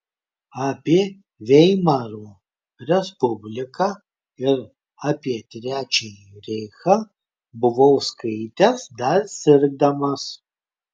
apie veimaro respubliką ir apie trečiąjį reichą buvau skaitęs dar sirgdamas